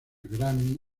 grammy